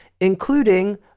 including